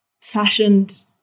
fashioned